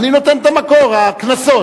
אני נותן את המקור: הקנסות.